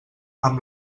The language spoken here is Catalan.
amb